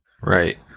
Right